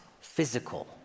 physical